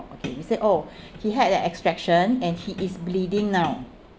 okay we said oh he had an extraction and he is bleeding now